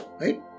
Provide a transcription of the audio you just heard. Right